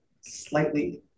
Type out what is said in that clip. slightly